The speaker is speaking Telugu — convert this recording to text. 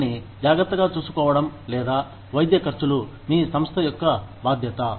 మిమ్మల్ని జాగ్రత్తగా చూసుకోవడం లేదా వైద్య ఖర్చులు మీ సంస్థ యొక్క బాధ్యత